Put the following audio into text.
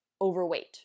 Overweight